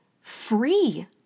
free